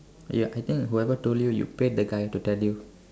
ya I think whoever told you you pay the guy who tell you